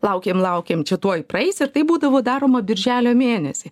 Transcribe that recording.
laukėm laukėm čia tuoj praeis ir tai būdavo daroma birželio mėnesį